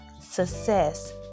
success